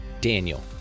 daniel